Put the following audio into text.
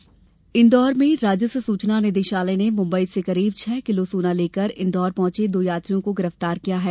सोना जब्त इंदौर में राजस्व सूचना निदेशालय ने मुंबई से करीब छह किलो सोना लेकर इंदौर पहुंचे दो यात्रियों को गिरफ्तार किया है